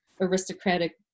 aristocratic